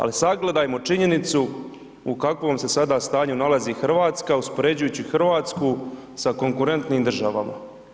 Ali sagledajmo činjenicu u kakvom se sada stanju nalazi RH, uspoređujući RH sa konkurentnim državama.